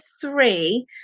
three